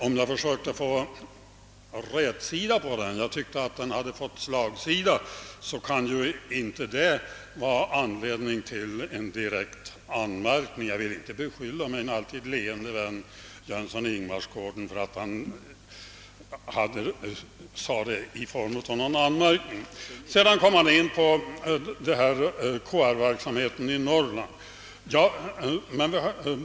Att jag försökte få rätsida på debatten — jag tyckte att den hade fått slagsida — kan ju inte utgöra anledning att rikta en direkt anmärkning mot mig. Och jag vill naturligtvis inte heller beskylla min alltid leende vän herr Jönsson i Ingemarsgården för att ha framfört sina invändningar i form av en anmärkning. Vidare kom herr Jönsson in på KR verksamheten i Norrland.